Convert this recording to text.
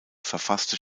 verfasste